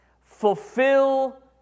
fulfill